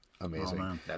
Amazing